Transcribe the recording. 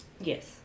Yes